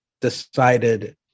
decided